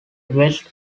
west